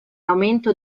aumento